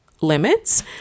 limits